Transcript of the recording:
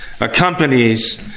accompanies